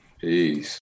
Peace